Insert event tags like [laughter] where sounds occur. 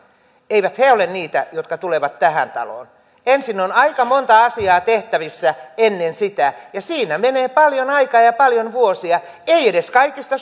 ole niitä jotka tulevat tähän taloon ensin on aika monta asiaa tehtävissä ennen sitä ja siinä menee paljon aikaa ja paljon vuosia ei edes kaikista [unintelligible]